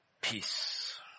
peace